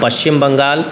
Paschim Bengal